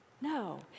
No